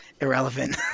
Irrelevant